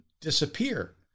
disappear